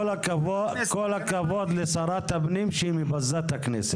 כל הכבוד לשרת הפנים שהיא מבזה את הכנסת.